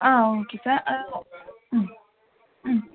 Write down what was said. ஆ okay sir ஆ ம் ம்